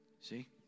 See